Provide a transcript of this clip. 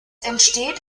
entsteht